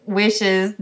wishes